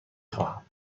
خواهم